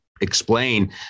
explain